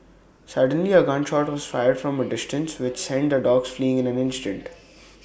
suddenly A gun shot was fired from A distance which sent the dogs fleeing in an instant